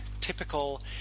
typical